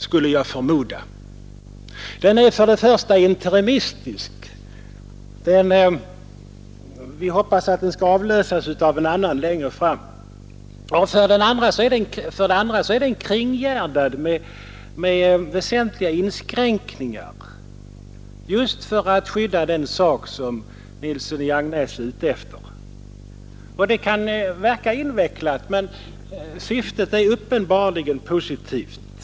För det första är lagen avsedd att bli interimistisk, och vi hoppas att den skall avlösas av en annan längre fram; för det andra är den kringgärdad av väsentliga inskränkningar just för att skydda den sak som herr Nilsson i Agnäs vill värna. Lagen kan verka invecklad, men dess syfte är uppenbarligen positivt.